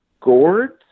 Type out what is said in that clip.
gourds